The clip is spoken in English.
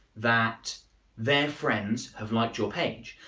that their friends have liked your page.